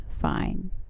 fine